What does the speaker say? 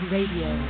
Radio